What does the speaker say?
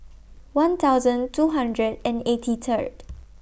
one thousand two hundred and eighty Third